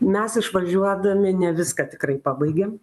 mes išvažiuodami ne viską tikrai pabaigėm